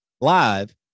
live